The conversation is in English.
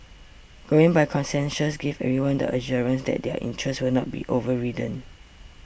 going by consensus gives everyone the assurance that their interests will not be overridden